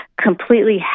completely